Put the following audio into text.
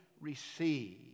receive